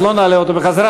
אז לא נעלה אותו בחזרה.